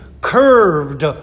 curved